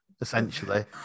essentially